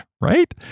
Right